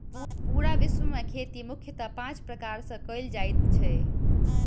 पूरा विश्व मे खेती मुख्यतः पाँच प्रकार सॅ कयल जाइत छै